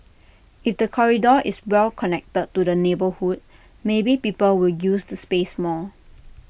if the corridor is well connected to the neighbourhood maybe people will use the space more